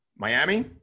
Miami